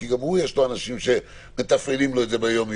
כי גם לו יש אנשים שמתפעלים לו את זה ביום-יום.